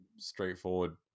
Straightforward